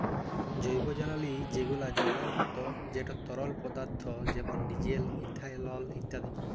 জৈবজালালী যেগলা জলের মত যেট তরল পদাথ্থ যেমল ডিজেল, ইথালল ইত্যাদি